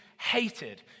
hated